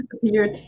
disappeared